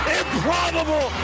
improbable